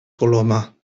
coloma